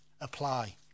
apply